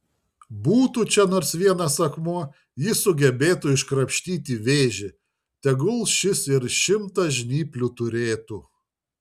būtų čia nors vienas akmuo jis sugebėtų iškrapštyti vėžį tegul šis ir šimtą žnyplių turėtų